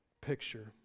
picture